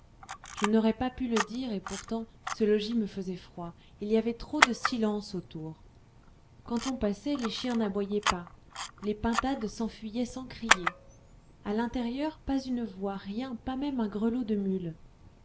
je n'aurais pas pu le dire et pourtant ce logis me faisait froid il y avait trop de silence autour quand on passait les chiens n'aboyaient pas les pintades s'enfuyaient sans crier à l'intérieur pas une voix rien pas même un grelot de mule